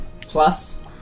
Plus